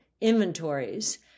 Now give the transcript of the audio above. inventories